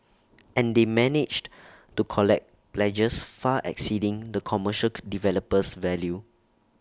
and they managed to collect pledges far exceeding the commercial developer's value